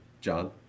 John